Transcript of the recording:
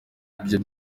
ibyo